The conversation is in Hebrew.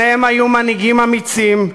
שניהם היו מנהיגים אמיצים,